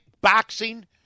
boxing